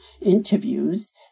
interviews